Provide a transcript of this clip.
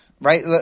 right